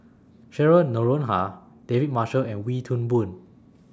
Cheryl Noronha David Marshall and Wee Toon Boon